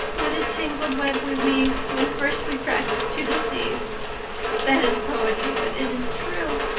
what a tangled web we weave when first we practice to deceive that is poetry, but it is true.